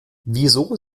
wieso